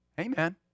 Amen